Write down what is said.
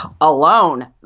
alone